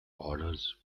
orders